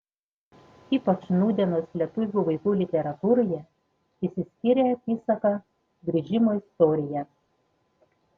ypač nūdienos lietuvių vaikų literatūroje išsiskyrė apysaka grįžimo istorija